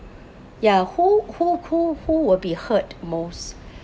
ya who who who who will be hurt most